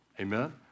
Amen